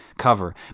cover